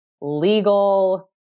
legal